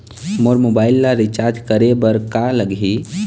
मोर mobile ला recharge करे बर का लगही?